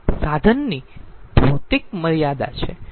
તેથી આ સાધનની ભૌતિક મર્યાદા છે